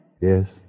Yes